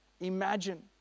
Imagine